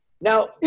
Now